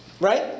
Right